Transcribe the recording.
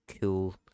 Cool